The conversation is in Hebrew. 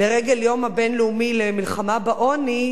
לרגל היום הבין-לאומי למלחמה בעוני,